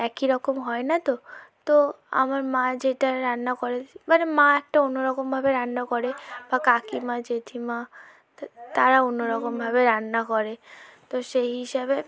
একইরকম হয় না তো তো আমার মা যেটা রান্না করে মানে মা একটা অন্যরকমভাবে রান্না করে বা কাকিমা জেঠিমা তারা অন্যরকমভাবে রান্না করে তো সেই হিসাবে